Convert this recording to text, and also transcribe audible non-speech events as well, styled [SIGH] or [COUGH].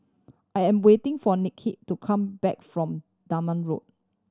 I am waiting for [UNINTELLIGIBLE] to come back from Dunman Road